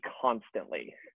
constantly